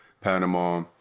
Panama